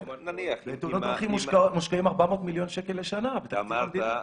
בתאונות דרכים מושקעים 400 מיליון שקל לשנה בתקציב המדינה.